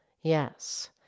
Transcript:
Yes